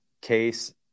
case